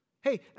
Hey